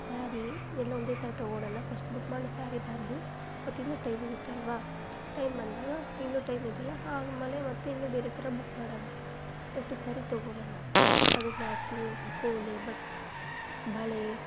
ಸ್ಯಾರಿ ಎಲ್ಲ ಒಂದೇ ಥರ ತೊಗೊಳ್ಳೋಣ ಫಸ್ಟ್ ಬುಕ್ ಮಾಡೋಣ ಸ್ಯಾರಿ ಬರಲಿ ಮತ್ತೆ ಇನ್ನು ಟೈಮಿರುತ್ತೆ ಅಲ್ವ ಟೈಮ್ ಬಂದಾಗ ಇನ್ನು ಟೈಮಿದೆ ಅಲ್ಲ ಆಗ ಮಲೆ ಮತ್ತೆ ಇನ್ನು ಬೇರೆ ಥರ ಬುಕ್ ಮಾಡೋಣ ಫಸ್ಟ್ ಸ್ಯಾರಿ ತೊಗೊಳ್ಳೋಣ ಅದಕ್ಕೆ ಮ್ಯಾಚಿಂಗು ಓಲೆ ಬೊಟ್ಟು ಬಳೆ